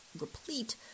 replete